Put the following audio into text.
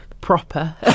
proper